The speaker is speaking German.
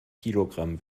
kilogramm